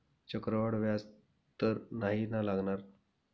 चक्रवाढ व्याज तर नाही ना लागणार?